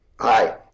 Hi